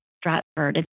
Stratford